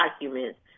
documents